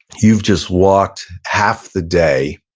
you've just walked half the day